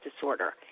disorder